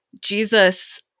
Jesus